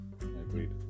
Agreed